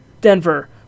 Denver